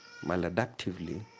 maladaptively